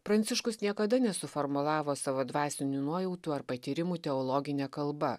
pranciškus niekada nesuformulavo savo dvasinių nuojautų ar patyrimų teologine kalba